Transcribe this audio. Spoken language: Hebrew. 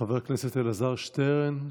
חבר הכנסת אלעזר שטרן,